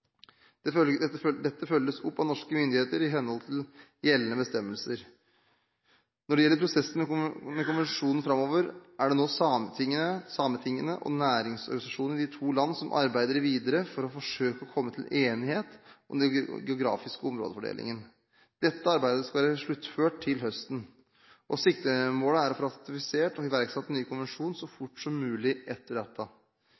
Dette følges opp av norske myndigheter i henhold til gjeldende bestemmelser. Når det gjelder prosessen med konvensjonen framover, er det nå sametingene og næringsorganisasjonene i de to land som arbeider videre for å forsøke å komme til enighet om den geografiske områdefordelingen. Dette arbeidet skal være sluttført til høsten, og siktemålet er å få ratifisert og iverksatt en ny konvensjon så